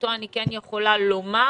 אותו אני כן יכולה לומר,